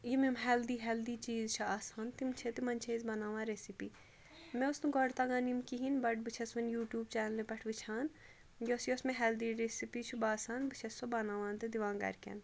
یِم یِم healthy healthy چیٖز چھِ آسان تِم چھِ تِمَن چھِ أسۍ بَناوان ریسِپی مےٚ اوس نہٕ گۄڈٕ تَگان یِم کِہیٖنٛۍ بَٹ بہٕ چھَس وۅنۍ یوٗ ٹیٛوٗب چَنلہِ پٮ۪ٹھ وُچھان یۄس یۄس مےٚ ہیٚلدی ریسِپی چھِ باسان بہٕ چھَس سۄ بَناوان تہٕ دِوان گَرِکٮ۪ن